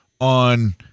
on